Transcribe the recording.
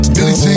Billy